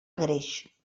greix